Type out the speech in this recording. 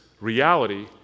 reality